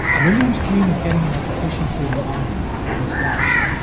william's dream of getting an education through the army was dashed.